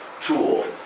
tool